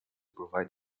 provide